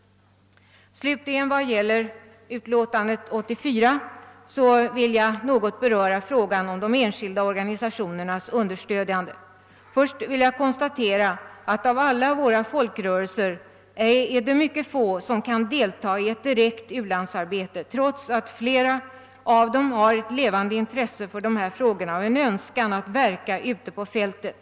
Slutligen vill jag vad beträffar utlåtandet nr 84 något beröra understödet till enskilda organisationer. Först vill jag konstatera att av alla folkrörelser är det mycket få som kan bidra i ett direkt u-landsarbete, trots att flera av dem har ett levande intresse för dessa frågor och en önskan att verka ute på fältet.